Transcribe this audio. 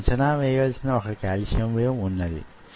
ఇలా చెయ్యడానికి చాలా మార్గాలున్నాయి